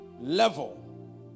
level